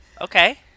Okay